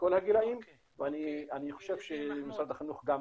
בכל הגילאים ואני חושב שמשרד החינוך גם